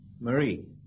Marie